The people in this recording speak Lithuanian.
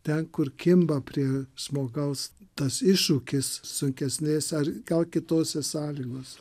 ten kur kimba prie žmogaus tas iššūkis sunkesnėse ar gal kitose sąlygos